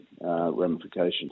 ramifications